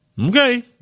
Okay